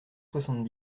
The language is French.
soixante